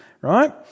right